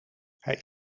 hij